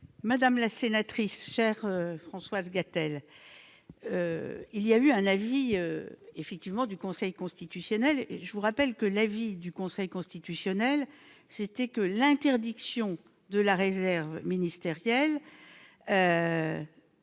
Madame la sénatrice Françoise-t-elle, il y a eu un avis effectivement du conseil constitutionnel et je vous rappelle que l'avis du Conseil constitutionnel, c'était que l'interdiction de la réserve ministérielle